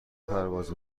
پرواز